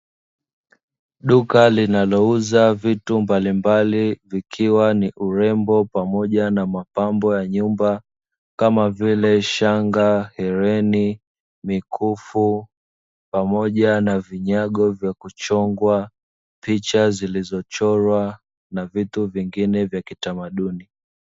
Duka linalouza vitu mbalimbali vikiwa ni urembo pamoja na mapambo ya nyumba kama vile shanga, hereni, mikufu pamoja na vinyago vya kuchongwa , picha zilizochorwa na vitu vingine vya kitamaduni.